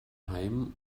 heim